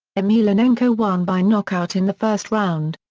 emelianenko won by knockout in the first round.